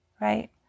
right